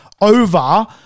over